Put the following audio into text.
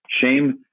Shame